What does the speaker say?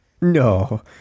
No